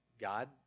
God